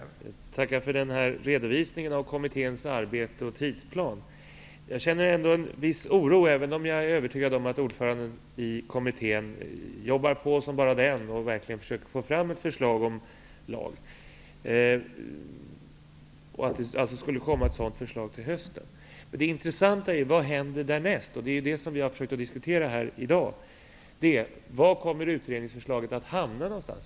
Fru talman! Jag tackar för redovisningen av kommitténs arbete och tidsplan. Jag känner ändå en viss oro, även om jag är övertygad om att ordföranden i kommittén jobbar på som bara den och verkligen försöker få fram ett förslag till lag som alltså skulle komma till hösten. Men det intressanta är: Vad händer därnäst? Det är detta som vi har försökt diskutera här i dag. Var kommer utredningsförslaget att hamna?